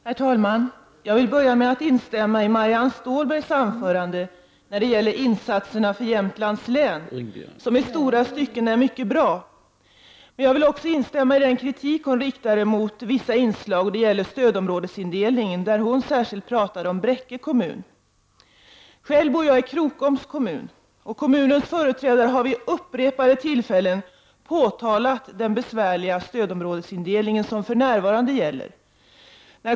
Herr talman! Jag vill börja med att instämma i Marianne Stålbergs anförande när det gäller insatserna för Jämtlands län, som i stora stycken är mycket bra. Jag vill också instämma i den kritik hon riktade mot vissa inslag, nämligen stödområdesindelningen, där hon särskilt talade om Bräcke kommun. Själv bor jag i Krokoms kommun. Kommunens företrädare har vid upprepade tillfällen påtalat den besvärliga stödområdesindelning som för närvarande gäller.